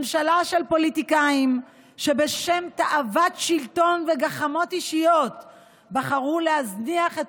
ממשלה של פוליטיקאים שבשם תאוות שלטון וגחמות אישיות בחרו להזניח את